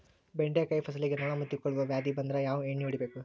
ಬೆಂಡೆಕಾಯ ಫಸಲಿಗೆ ನೊಣ ಮುತ್ತಿಕೊಳ್ಳುವ ವ್ಯಾಧಿ ಬಂದ್ರ ಯಾವ ಎಣ್ಣಿ ಹೊಡಿಯಬೇಕು?